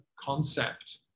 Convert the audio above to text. concept